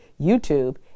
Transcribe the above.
YouTube